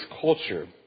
culture